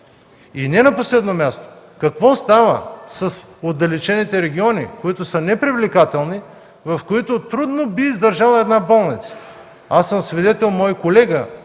И не на последно място: какво става с отдалечените региони, които са непривлекателни, в които трудно би издържала една болница? Свидетел съм как